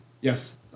Yes